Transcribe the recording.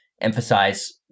emphasize